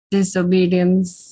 Disobedience